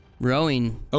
rowing